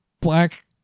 black